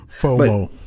FOMO